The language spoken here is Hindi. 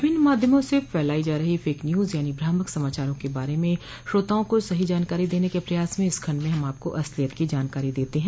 विभिन्न माध्यमों से फैलाइ जा रही फेक न्यूज यानी भ्रामक समाचारों के बारे में श्रोताओं को सही जानकारी देने के प्रयास में इस खंड में हम आपको असलियत की जानकारी देते हैं